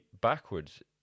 backwards